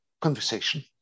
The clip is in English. conversation